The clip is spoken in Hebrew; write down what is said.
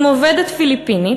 עם עובדת פיליפינית,